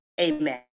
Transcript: Amen